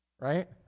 right